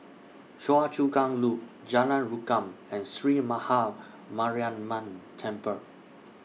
Choa Chu Kang Loop Jalan Rukam and Sree Maha Mariamman Temple